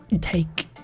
take